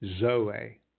zoe